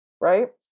Right